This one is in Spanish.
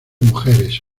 mujeres